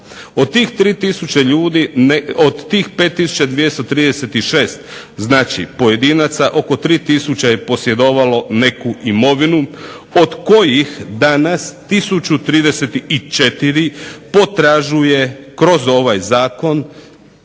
Od tih 5236 znači pojedinaca, znači oko 3000 je posjedovalo neku imovinu od kojih danas 1034 potražuje kroz ovaj Zakon